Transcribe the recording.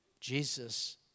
Jesus